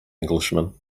englishman